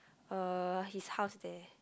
uh his house there